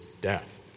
death